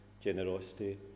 generosity